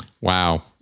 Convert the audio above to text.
Wow